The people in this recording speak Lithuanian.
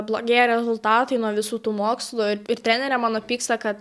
blogėja rezultatai nuo visų tų mokslų ir trenerė mano pyksta kad